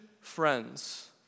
friends